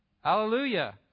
Hallelujah